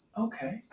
Okay